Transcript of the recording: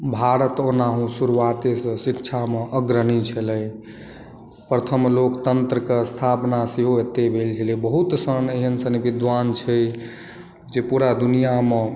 भारत ओनाहु शुरुआते सॅं शिक्षा मे अग्रणी छलै प्रथम लोकतंत्र के स्थापना सेहो अतै भेल छलै बहुत सन एहन सन विद्वान छै जे पूरा दुनिया मे